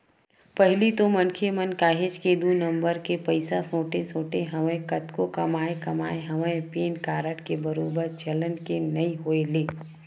पहिली तो मनखे मन काहेच के दू नंबर के पइसा सोटे सोटे हवय कतको कमाए कमाए हवय पेन कारड के बरोबर चलन के नइ होय ले